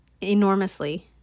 enormously